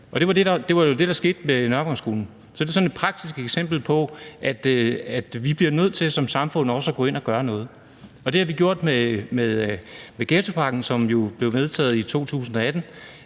Det var jo det, der skete med Nørrevangsskolen. Så det er sådan et praktisk eksempel på, at vi bliver nødt til som samfund at gå ind og gøre noget. Og det har vi gjort med ghettopakken, som jo blev vedtaget i 2018,